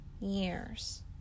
years